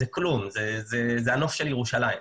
זה הנוף של ירושלים.